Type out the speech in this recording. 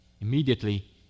Immediately